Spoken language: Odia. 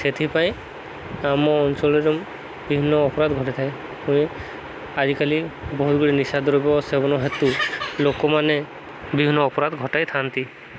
ସେଥିପାଇଁ ଆମ ଅଞ୍ଚଳରେ ବିଭିନ୍ନ ଅପରାଧ ଘଟାଇଥାଏ ଓ ଆଜିକାଲି ବହୁତଗୁଡ଼ିଏ ନିଶାଦ୍ରବ୍ୟ ସେବନ ହେତୁ ଲୋକମାନେ ବିଭିନ୍ନ ଅପରାଧ ଘଟାଇଥାନ୍ତି